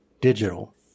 digital